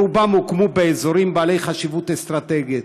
רובם באזורים בעלי חשיבות אסטרטגית,